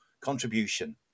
contribution